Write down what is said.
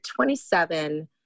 27